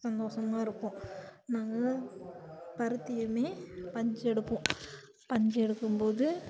சந்தோஸமாக இருக்கும் நாங்கள் பருத்தியுமே பஞ்சு எடுப்போம் பஞ்சு எடுக்கும்போது